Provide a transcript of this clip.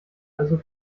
also